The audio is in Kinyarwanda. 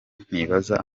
ntibaza